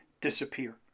disappear